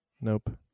Nope